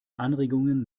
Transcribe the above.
anregungen